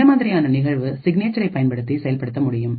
இந்த மாதிரியான நிகழ்வுசிக்னேச்சரை பயன்படுத்தி செயல்படுத்த முடியும்